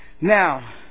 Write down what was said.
Now